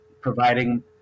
providing